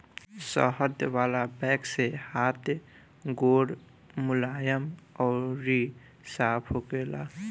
शहद वाला वैक्स से हाथ गोड़ मुलायम अउरी साफ़ होखेला